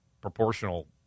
proportional